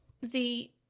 The